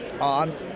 on